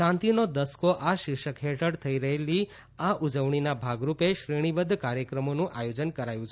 શાંતિનો દસકો આ શીર્ષક હેઠળ થઇ રહેલી આ ઉજવણીના ભાગરૂપે શ્રેણીબદ્વ કાર્યક્રમોનું આયોજન કરાયું છે